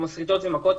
כמו שריטות ומכות,